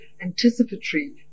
anticipatory